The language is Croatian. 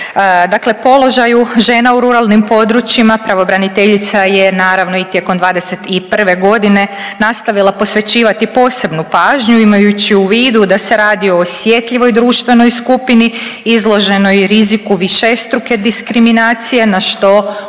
Dakle o položaju žena u ruralnim područjima pravobraniteljica je naravno i tijekom '21.g. nastavila posvećivati posebnu pažnju imajući u vidu da se radi o osjetljivoj društvenoj skupini izloženoj riziku višestruke diskriminacije na što ukazuju